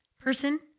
person